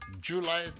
July